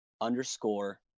underscore